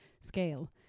scale